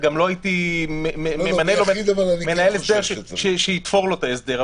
לא הייתי ממנה מנהל הסדר שיתפור לו את ההסדר,